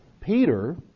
Peter